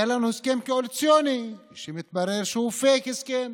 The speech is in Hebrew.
היה לנו הסכם קואליציוני שמתברר שהוא פייק הסכם.